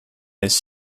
his